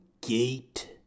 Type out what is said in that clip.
gate